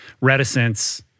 reticence